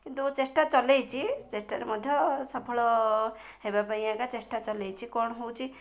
କିନ୍ତୁ ଚେଷ୍ଟା ଚଲାଇଛି ଚେଷ୍ଟାରେ ମଧ୍ୟ ସଫଳ ହେବା ପାଇଁ ଆକା ଚେଷ୍ଟା ଚଲାଇଛି କ'ଣ ହେଉଛି